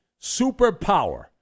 superpower